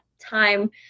time